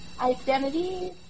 identity